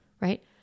right